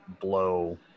blow